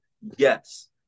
Yes